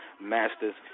master's